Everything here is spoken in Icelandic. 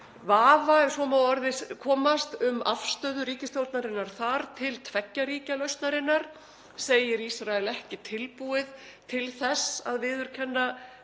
vafa, ef svo má að orði komast, um afstöðu ríkisstjórnarinnar þar til tveggja ríkja lausnarinnar. Hann segir Ísrael ekki tilbúið til þess að viðurkenna